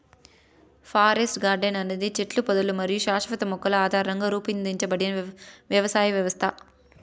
forest garden అనేది చెట్లు, పొదలు మరియు శాశ్వత మొక్కల ఆధారంగా రూపొందించబడిన వ్యవసాయ వ్యవస్థ